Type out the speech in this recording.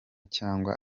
cyangwa